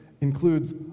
includes